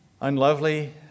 unlovely